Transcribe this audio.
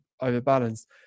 overbalanced